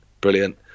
brilliant